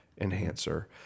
enhancer